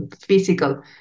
physical